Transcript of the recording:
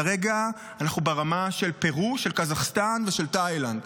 כרגע אנחנו ברמה של פרו, של קזחסטן ושל תאילנד,